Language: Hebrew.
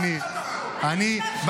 מה לא?